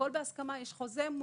הכול בהסכמה,